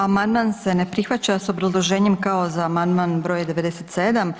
Amandman se ne prihvaća s obrazloženjem kao za amandman br. 97.